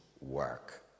work